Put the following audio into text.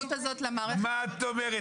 מה את אומרת?